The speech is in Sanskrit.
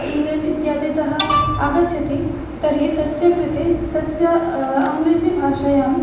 इङ्ग्लेण्ड् इत्यादितः आगच्छति तर्हि तस्य कृते तस्य अङ्ग्रेजिभाषायां